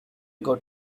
got